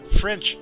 French